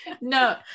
No